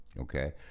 Okay